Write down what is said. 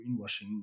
greenwashing